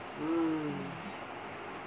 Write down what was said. mm